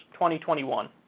2021